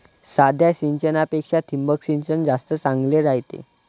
साध्या सिंचनापेक्षा ठिबक सिंचन जास्त चांगले रायते